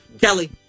Kelly